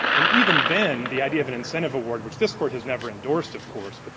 and even then, the idea of an incentive award, which this court has never endorsed, of course, but